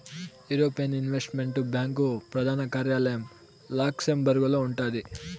European investment bank ప్రదాన కార్యాలయం లక్సెంబర్గులో ఉండాది